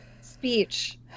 speech